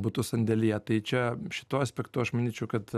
būtų sandėlyje tai čia šituo aspektu aš manyčiau kad